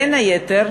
בין היתר,